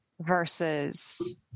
versus